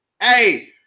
Hey